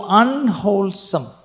unwholesome